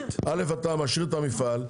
א' אתה משאיר את המפעל,